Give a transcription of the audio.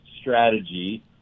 strategy